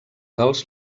dels